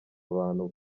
abantu